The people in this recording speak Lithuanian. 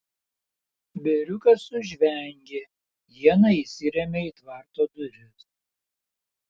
bėriukas sužvengė iena įsirėmė į tvarto duris